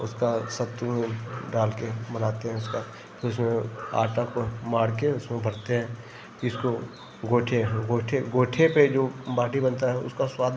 उसको सत्तू में डालकर बनाते हैं उसका तो इसमें आटा को माढ़कर उसमें भरते हैं इसको गोइठे गोइठे गोइठे पर जो बाटी बनती है उसका स्वाद